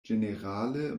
ĝenerale